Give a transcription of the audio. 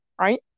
right